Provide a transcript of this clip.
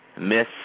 Miss